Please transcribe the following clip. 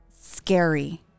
scary